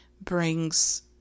brings